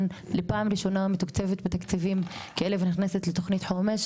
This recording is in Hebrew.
לפעם ראשונה מתוקצבת בתקציבים כאלו ונכנסת לתוכנית חומש,